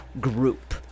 group